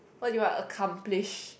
what do you want accomplish